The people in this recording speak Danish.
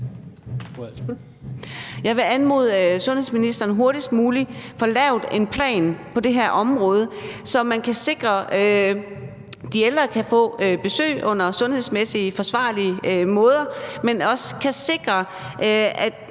Jeg vil anmode sundhedsministeren om hurtigst muligt at få lavet en plan på det her område, så man kan sikre, at de ældre kan få besøg på sundhedsmæssigt forsvarlige måder, men også sikre, at